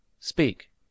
Speak